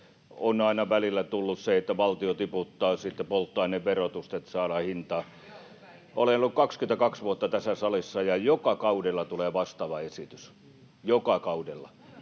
On aina välillä tullut se, että valtio tiputtaa sitten polttoaineverotusta, että saadaan hintaa alas. [Leena Meri: Joo, hyvä idea!] Olen ollut 22 vuotta tässä salissa, ja joka kaudella tulee vastaava esitys — joka kaudella